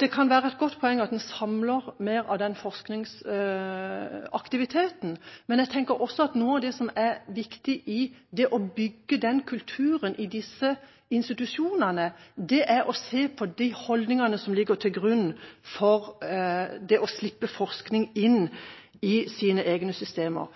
Det kan være et godt poeng at man samler mer av den forskningsaktiviteten, men jeg tenker også at noe av det som er viktig i det å bygge den kulturen i disse institusjonene, er å se på de holdningene som ligger til grunn for det å slippe forskning inn i sine egne systemer.